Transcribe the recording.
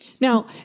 Now